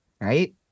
right